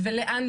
צוהריים טובים.